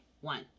One